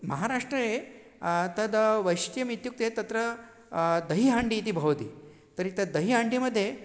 महाराष्ट्रे तद्वैष्ट्यम् इत्युक्ते तत्र दहीहण्डी इति भवति तर्हि तद्दहीहण्डी मध्ये